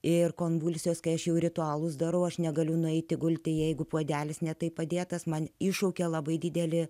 ir konvulsijos kai aš jau ritualus darau aš negaliu nueiti gulti jeigu puodelis ne taip padėtas man iššaukia labai didelė